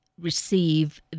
receive